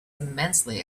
immensely